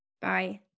Bye